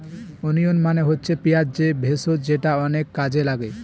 onion মানে হচ্ছে পেঁয়াজ যে ভেষজ যেটা অনেক কাজে লাগে